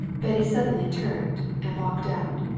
betty suddenly turned and walked out.